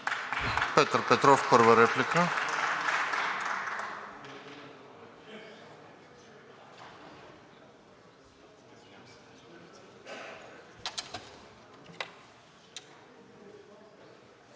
Петър Петров – първа реплика.